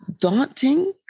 daunting